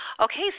Okay